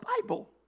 Bible